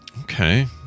Okay